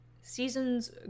seasons